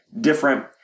different